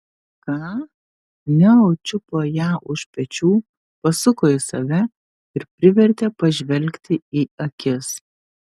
ką neo čiupo ją už pečių pasuko į save ir privertė pažvelgti į akis